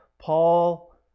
Paul